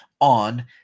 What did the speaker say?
on